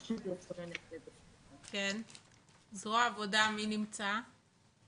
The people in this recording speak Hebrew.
זרוע העבודה מי נמצא?